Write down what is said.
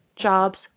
Jobs